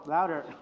Louder 。